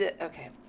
okay